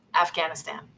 Afghanistan